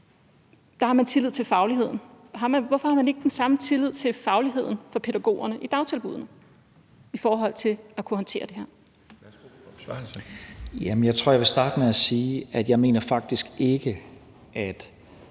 der har man tillid til fagligheden. Hvorfor har man ikke den samme tillid til fagligheden hos pædagogerne i dagtilbuddene i forhold til at kunne håndtere det her? Kl. 18:14 Den fg. formand (Bjarne Laustsen):